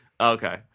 Okay